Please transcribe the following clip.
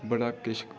बड़ा किश